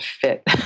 fit